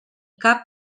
cap